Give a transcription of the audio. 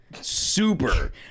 Super